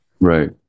right